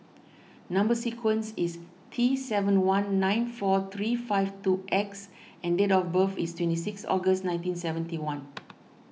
Number Sequence is T seven one nine four three five two X and date of birth is twenty six August nineteen seventy one